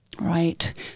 Right